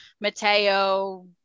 Mateo